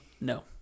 No